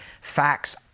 Facts